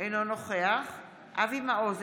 אינו נוכח אבי מעוז,